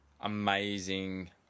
amazing